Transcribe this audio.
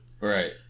Right